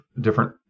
different